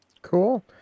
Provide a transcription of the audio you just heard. Cool